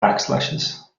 backslashes